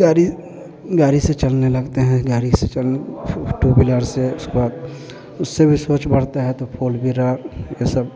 गाड़ी गाड़ी से चलने लगते हैं गाड़ी से चलने फिर टू विलर से उसके बाद उससे भी सोच बढ़ता है तो फोर विलर ये सब